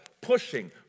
pushing